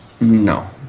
No